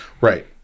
Right